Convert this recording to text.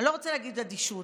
אני לא רוצה להגיד אדישות,